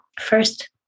First